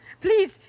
Please